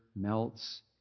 melts